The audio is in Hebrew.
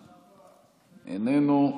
איננו,